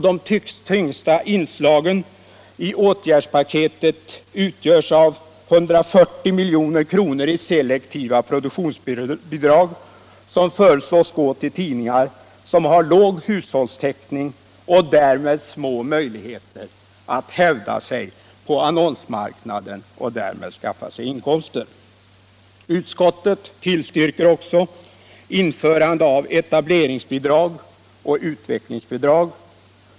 De tyngsta inslagen i åtgärdspaketet utgörs av 140 milj.kr. i selektiva produktionsbidrag, som föreslås gå till tidningar som har låg hushållstäckning och därmed små möjligheter att hävda sig på annonsmarknaden. Utskottet tillstyrker också införande av etableringsbidrag och utvecklingsbidrag.